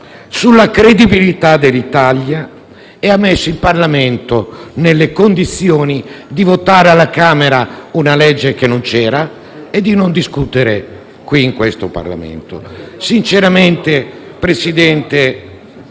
sulla credibilità dell'Italia, mettendo il Parlamento nelle condizioni di votare alla Camera una legge che non c'era e di non discutere qui al Senato. Sinceramente, signor